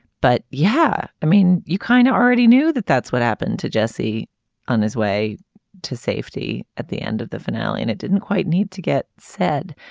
but yeah i mean you kind of already knew that that's what happened to jesse on his way to safety at the end of the finale and it didn't quite need to get said.